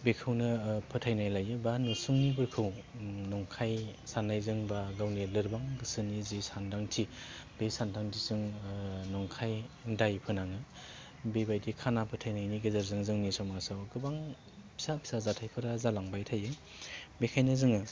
बेखौनो फोथायनाय लायो बा नसुंनिफोरखौ नंखाय सान्नायजों बा गावनि लोरबां गोसोनि जे सानदांथि बे सानदांथिजों नंखाय दाय फोनाङो बेबादि खाना फोथायनायनि गेजेरजों जोंनि समाजाव गोबां फिसा फिसा जाथायफोरा जालांबाय थायो बेखायनो जोङो